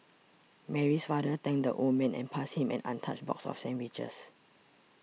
Mary's father thanked the old man and passed him an untouched box of sandwiches